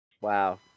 Wow